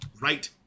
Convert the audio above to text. right